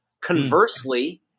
Conversely